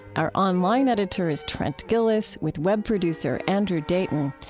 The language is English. our online editor is trent gilliss, with web producer andrew dayton.